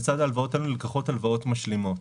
לצד ההלוואות האלו נלקחות הלוואות משלימות